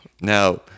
Now